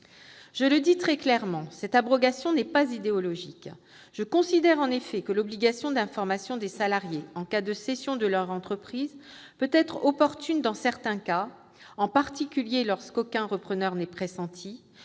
Je le dis très clairement, cette abrogation n'est pas idéologique. Je considère en effet que l'obligation d'information des salariés en cas de cession de leur entreprise peut être opportune dans certains cas, en particulier lorsqu'aucun repreneur n'est pressenti